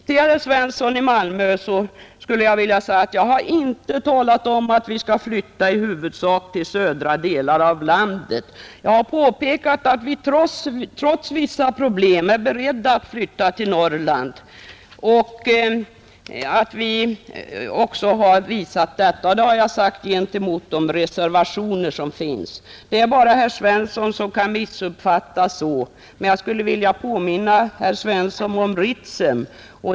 Till herr Svensson i Malmö vill jag säga att jag inte har talat om att vi skall flytta företag i huvudsak till de södra delarna av landet. Jag har påpekat att vi trots vissa problem är beredda att lokalisera till Norrland och att vi också har visat detta. Det har jag sagt gentemot de reservationer som finns. Det är bara herr Svensson som kan missuppfatta så. Jag skulle vilja påminna herr Svensson om Ritsem.